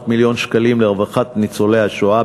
של 400 מיליון שקלים לרווחת ניצולי השואה,